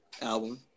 album